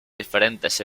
diferentes